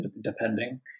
depending